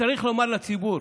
צריך לומר לציבור,